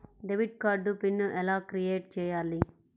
Debit card PIN ఎలా create చెయ్యాలి?